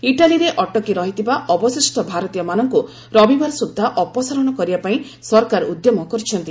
ଇଟାଲୀରେ ଅଟକି ରହିଥିବା ଅବଶିଷ୍ଟ ଭାରତୀୟମାନଙ୍କୁ ରବିବାର ସୁଦ୍ଧା ଅପସାରଣ କରିବା ପାଇଁ ସରକାର ଉଦ୍ୟମ କରୁଛନ୍ତି